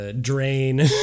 drain